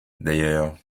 d’ailleurs